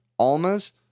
Almas